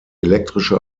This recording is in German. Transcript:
elektrische